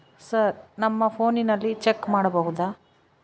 Sir ನಮ್ಮ ಫೋನಿನಲ್ಲಿ check ಮಾಡಬಹುದಾ?